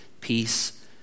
peace